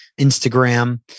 Instagram